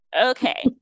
Okay